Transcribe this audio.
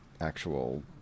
actual